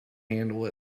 handle